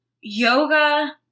yoga